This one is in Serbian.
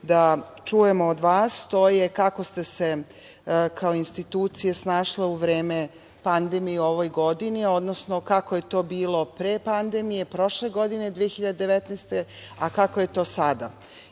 da čujemo od vas, to je kako ste se kao institucija snašle u vreme pandemije u ovoj godini, odnosno kako je to bilo pre pandemije prošle godine, 2019. godine, a kako je to sada.